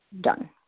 done